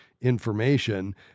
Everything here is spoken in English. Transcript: information